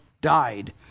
died